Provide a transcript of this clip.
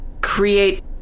create